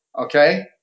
okay